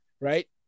right